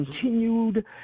continued